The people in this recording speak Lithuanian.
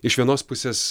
iš vienos pusės